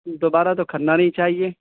دوبارہ تو کرنا نہیں چاہیے